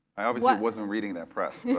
i obviously wasn't reading that press, yeah